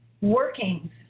workings